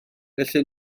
felly